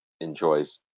enjoys